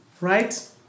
Right